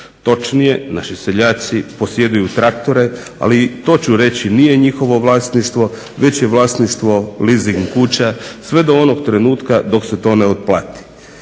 Točnije naši seljaci posjeduju traktore ali i to ću reći nije njihovo vlasništvo već je vlasništvo leasing kuća sve do onog trenutka dok se to ne otplati.